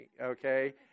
okay